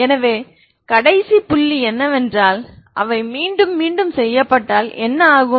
எனவே கடைசி புள்ளி என்னவென்றால் அவை மீண்டும் மீண்டும் செய்யப்பட்டால் என்ன ஆகும்